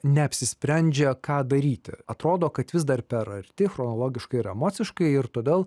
neapsisprendžia ką daryti atrodo kad vis dar per arti chronologiškai net ir emociškai ir todėl